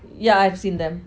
yeah I've seen them